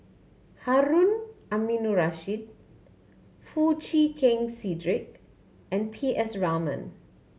Harun Aminurrashid Foo Chee Keng Cedric and P S Raman